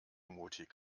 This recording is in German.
mutig